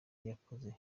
yakoze